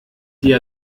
die